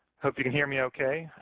hope you can hear me okay.